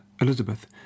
Elizabeth